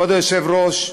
כבוד היושב-ראש,